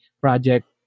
project